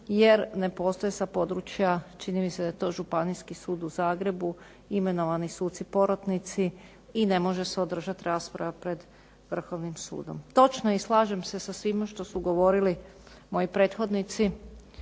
jer ne postoje sa područja čini mi se da je to Županijski sud u Zagrebu imenovani suci porotnici i ne može se održati rasprava pred Vrhovnim sudom. Točno je i slažem se sa svime što su govorili moji prethodnici,